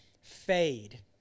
fade